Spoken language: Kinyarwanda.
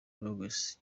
ruggles